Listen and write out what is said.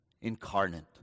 incarnate